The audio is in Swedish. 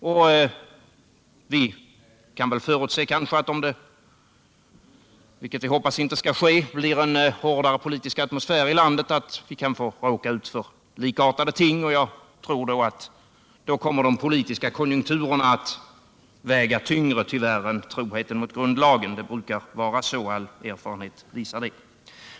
Och vi kan möjligen förutse — även om vi hoppas att det inte blir så — en hårdare politisk atmosfär, och då kan vi råka ut för likartade ting. I så fall tror jag att de politiska konjunkturerna tyvärr kommer att väga tyngre än troheten mot grundlagen — all erfarenhet visar att det brukar vara så.